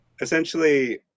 essentially